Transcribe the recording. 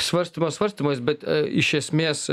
svarstymas svarstymas bet iš esmės